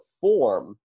form